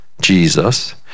Jesus